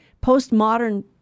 post-modern